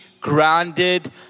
grounded